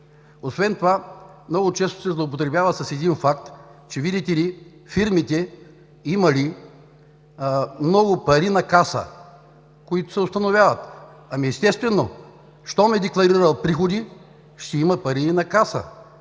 Освен това много често се злоупотребява с един факт, че, видите ли, фирмите имали много пари на каса, които се установяват. Ами естествено, щом е декларирал приходи, ще има пари и на каса.